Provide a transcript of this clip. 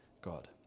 God